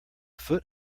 foot